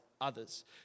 others